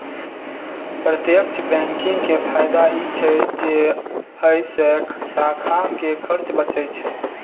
प्रत्यक्ष बैंकिंग के फायदा ई छै जे अय से शाखा के खर्च बचै छै